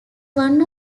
one